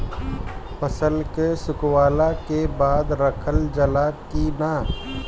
फसल के सुखावला के बाद रखल जाला कि न?